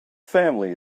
family